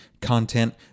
content